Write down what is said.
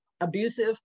abusive